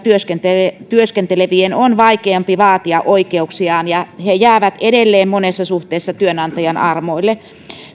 työskentelevien on vaikeampi vaatia oikeuksiaan ja he jäävät edelleen monessa suhteessa työnantajan armoille